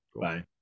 Bye